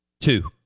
two